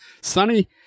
Sonny